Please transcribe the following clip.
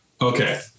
okay